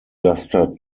duster